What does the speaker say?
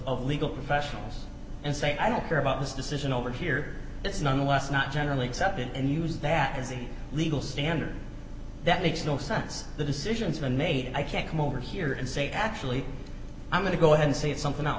of legal professionals and say i don't care about this decision over here it's nonetheless not generally accepted and use that as a legal standard that makes no sense the decisions are made i can't come over here and say actually i'm going to go and say something else